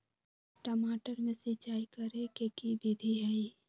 टमाटर में सिचाई करे के की विधि हई?